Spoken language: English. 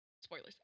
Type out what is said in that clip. spoilers